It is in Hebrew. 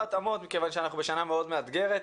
התאמות מכיוון שאנחנו בשנה מאוד מאתגרת,